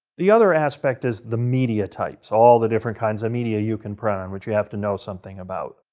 the other aspect is the media types all the different types kind of media you can print on, which you have to know something about.